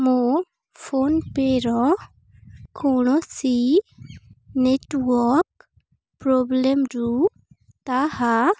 ମୋ ଫୋନ୍ପେର କୌଣସି ନେଟ୍ୱାର୍କ ପ୍ରୋବ୍ଲେମରୁ ତାହା